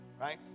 Right